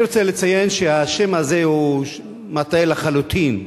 אני רוצה לציין שהשם הזה מטעה לחלוטין.